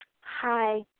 Hi